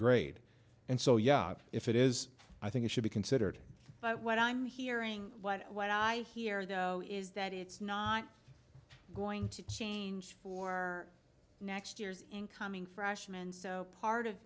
grade and so yeah if it is i think it should be considered but what i'm hearing what i hear though is that it's not going to change for next year's incoming freshman so part of